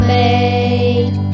made